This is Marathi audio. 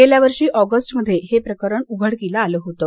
गेल्यावर्षी ऑगस्टमध्ये हे प्रकरण उघडकीला आलं होतं